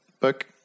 book